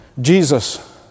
Jesus